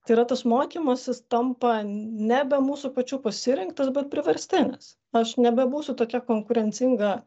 tai yra tas mokymasis tampa nebe mūsų pačių pasirinktas bet priverstinis aš nebebūsiu tokia konkurencinga